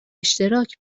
اشتراک